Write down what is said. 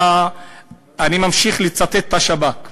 אני ממשיך לצטט את השב"כ: